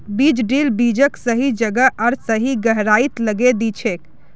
बीज ड्रिल बीजक सही जगह आर सही गहराईत लगैं दिछेक